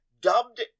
dubbed